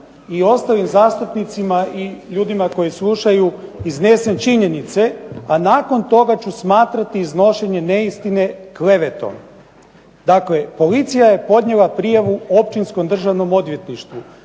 i ostalim zastupnicima i ljudima koji slušaju iznesem činjenice, a nakon toga ću smatrati iznošenje neistine klevetom. Dakle, policija je podnijela prijavu Općinskom Državnom odvjetništvu.